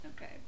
Okay